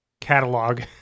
catalog